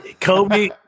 Kobe